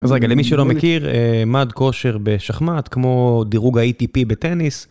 אז רגע, למי שלא מכיר, מד כושר בשחמט, כמו דירוג ה-ATP בטניס.